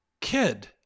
kid